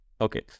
Okay